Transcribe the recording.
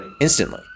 instantly